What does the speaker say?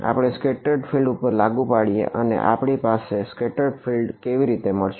આપણે scatter field કેવી રીતે મળશે